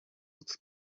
этот